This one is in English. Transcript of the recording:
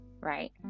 right